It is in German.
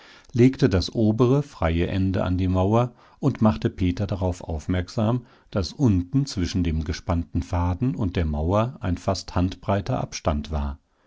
legte das obere freie ende an die mauer und machte peter darauf aufmerksam daß unten zwischen dem gespannten faden und der mauer ein fast handbreiter abstand war